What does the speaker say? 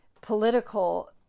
political